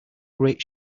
great